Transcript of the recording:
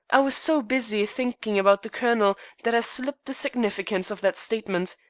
i was so busy thinking about the colonel that i slipped the significance of that statement.